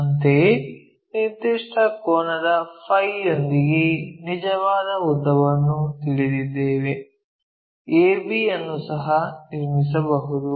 ಅಂತೆಯೇ ನಿರ್ದಿಷ್ಟ ಕೋನದ ಫೈ Φ ಯೊಂದಿಗೆ ನಿಜವಾದ ಉದ್ದವನ್ನು ತಿಳಿದಿದ್ದೇವೆ a b ಅನ್ನು ಸಹ ನಿರ್ಮಿಸಬಹುದು